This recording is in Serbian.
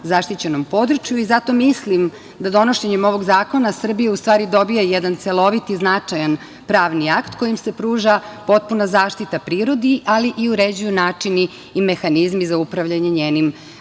zaštićenom području i zato mislim da donošenjem ovog zakona Srbija u stvari dobija jedan celovit i značajan pravni akt kojim se pruža potpuna zaštita prirodi, ali i uređuju načini i mehanizmi za upravljanje njenim